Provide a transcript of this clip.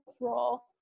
role